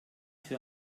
für